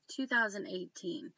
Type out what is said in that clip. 2018